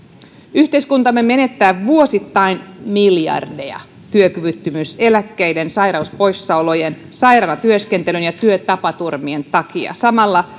yhteiskuntamme menettää vuosittain miljardeja työkyvyttömyyseläkkeiden sairauspoissaolojen sairaana työskentelyn ja työtapaturmien takia samalla